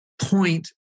point